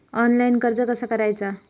Online कर्ज कसा करायचा?